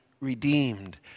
redeemed